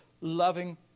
loving